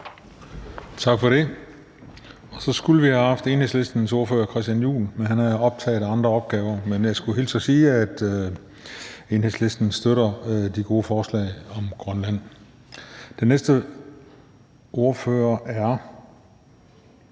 Tak for det. Og så skulle vi have haft Enhedslistens ordfører, Christian Juhl, men han er optaget af andre opgaver. Men jeg skulle hilse og sige, at Enhedslisten støtter de gode forslag om Grønland. Den næste ordfører er